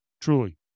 truly